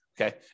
okay